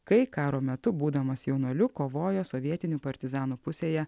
kai karo metu būdamas jaunuoliu kovojo sovietinių partizanų pusėje